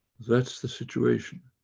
that's the situation.